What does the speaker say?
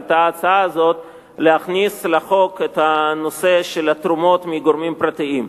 עלתה ההצעה להכניס לחוק את הנושא של התרומות מגורמים פרטיים.